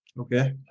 Okay